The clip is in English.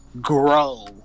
grow